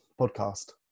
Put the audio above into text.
podcast